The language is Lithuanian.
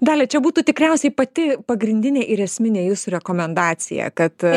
dalia čia būtų tikriausiai pati pagrindinė ir esminė jūsų rekomendacija kad